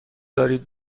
دارید